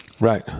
Right